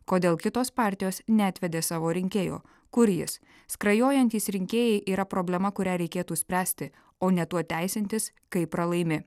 kodėl kitos partijos neatvedė savo rinkėjo kur jis skrajojantys rinkėjai yra problema kurią reikėtų spręsti o ne tuo teisintis kai pralaimi